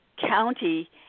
county –